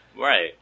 Right